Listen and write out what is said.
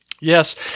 Yes